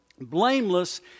blameless